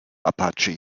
apache